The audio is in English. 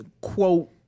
quote